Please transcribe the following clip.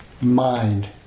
mind